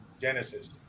genesis